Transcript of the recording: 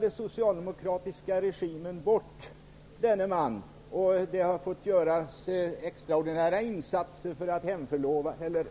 Den socialdemokratiska regimen sjabblade bort denne man, och det har fått göras extraordinära insatser för att hemföra honom.